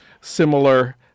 similar